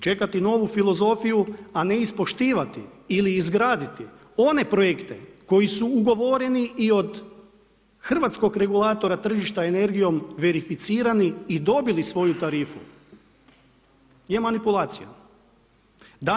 Čekati novu filozofiju a ne ispoštivati ili izgraditi one projekte koji su ugovoreni i od hrvatskog regulatora tržišta energijom verificirani i dobili svoju tarifu je manipulacija.